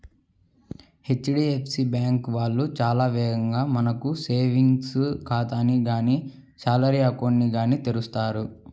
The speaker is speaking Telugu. హెచ్.డీ.ఎఫ్.సీ బ్యాంకు వాళ్ళు చాలా వేగంగా మనకు సేవింగ్స్ ఖాతాని గానీ శాలరీ అకౌంట్ ని గానీ తెరుస్తారు